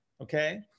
Okay